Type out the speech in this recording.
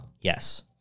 Yes